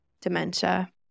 dementia